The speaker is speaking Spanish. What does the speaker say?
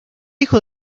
hijo